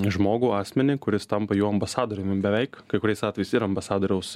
žmogų asmenį kuris tampa jų ambasadoriumi beveik kai kuriais atvejais ir ambasadoriaus